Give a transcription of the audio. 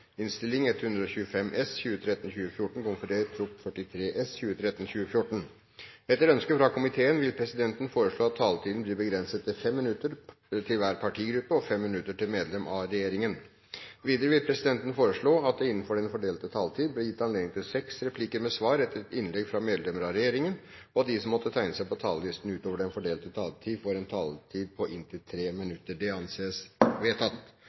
vil presidenten foreslå at taletiden blir begrenset til 5 minutter til hver partigruppe og 5 minutter til medlem av regjeringen. Videre vil presidenten foreslå at det blir gitt anledning til replikkordskifte på inntil seks replikker med svar etter innlegg fra medlem av regjeringen innenfor den fordelte taletid. Videre blir det foreslått at de som måtte tegne seg på talerlisten utover den fordelte taletid, får en taletid på inntil 3 minutter. – Det anses vedtatt.